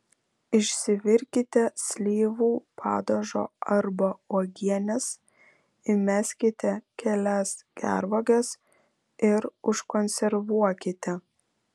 išsivirkite slyvų padažo arba uogienės įmeskite kelias gervuoges ir užkonservuokite